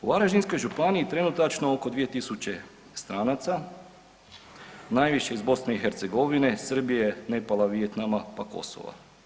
U Varaždinskoj županiji trenutačno je oko 2.000 stranaca, najviše iz BiH, Srbije, Nepala, Vijetnama pa Kosova.